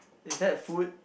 is that food